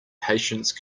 patience